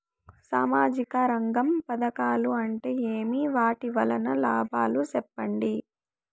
సామాజిక రంగం పథకాలు అంటే ఏమి? వాటి వలన లాభాలు సెప్పండి?